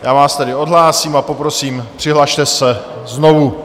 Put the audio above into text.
Já vás tedy odhlásím a poprosím, přihlaste se znovu.